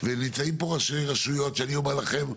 ונמצאים פה ראשי רשויות שאני אומר לכם,